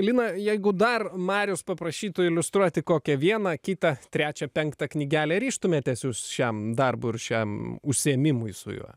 lina jeigu dar marius paprašytų iliustruoti kokią vieną kitą trečią penktą knygelę ryžtumėtės jūs šiam darbui ir šiam užsiėmimui su juo